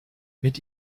mit